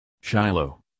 Shiloh